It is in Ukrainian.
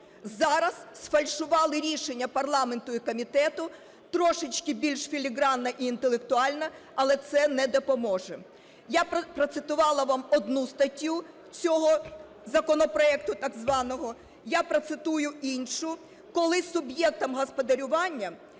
зараз сфальшували рішення парламенту і комітету, трошечки більш філігранно і інтелектуально, але це не допоможе. Я процитувала вам одну статтю цього законопроекту так званого, я процитую іншу: "Коли суб'єктам господарювання